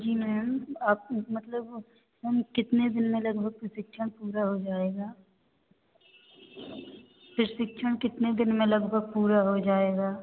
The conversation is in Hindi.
जी मैम आप मतलब हम कितने दिन में लगभग प्रशिक्षण पूरा हो जाएगा प्रशिक्षण कितने दिन में लगभग पूरा हो जाएगा